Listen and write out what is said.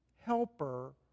helper